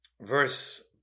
verse